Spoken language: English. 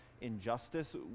injustice